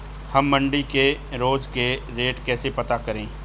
हम मंडी के रोज के रेट कैसे पता करें?